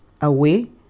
away